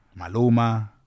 Maluma